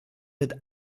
mit